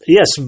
Yes